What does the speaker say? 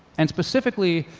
and specifically,